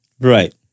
Right